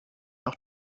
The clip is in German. auch